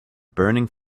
burning